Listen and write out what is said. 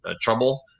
trouble